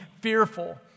fearful